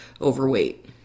overweight